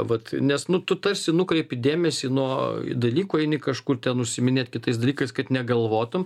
vat nes nu tu tarsi nukreipi dėmesį nuo dalykų eini kažkur ten užsiiminėt kitais dalykais kad negalvotum